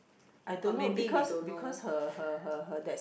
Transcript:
I don't know because because her her her her that